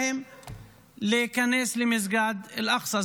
להיכנס למסגר אל-אקצא.